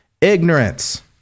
Ignorance